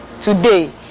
Today